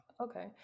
Okay